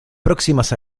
próximas